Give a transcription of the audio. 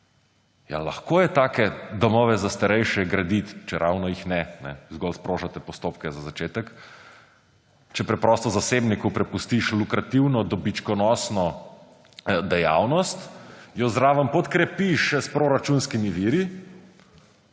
lahko je takšne domove za starejše graditi – čeravno jih ne, zgolj sprožate postopke za začetek – če preprosto zasebniku prepustiš lukrativno, dobičkonosno dejavnost, jo zraven podkrepiš še s proračunskimi viri